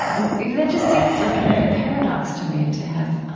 and that just seems like kind of a paradox to me, to have